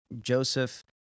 Joseph